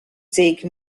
take